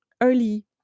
early